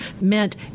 meant